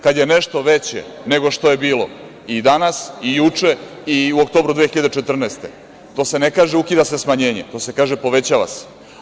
Kad je nešto veće nego što je bilo i danas i juče i u oktobru 2014. godine, to se ne kaže – ukida se smanjenje, to se kaže – povećava se.